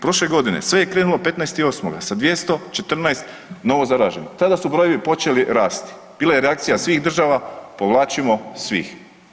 Prošle godine sve je krenulo 15.8. sa 214 novozaraženih tada su brojevi počeli rasti, bila je reakcija svih država, povlačimo svih.